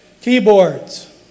Keyboards